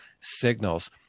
signals